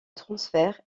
transfert